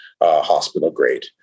hospital-grade